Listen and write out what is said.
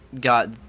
got